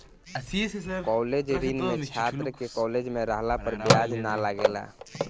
college ऋण में छात्र के कॉलेज में रहला पर ब्याज ना लागेला